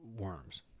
worms